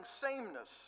sameness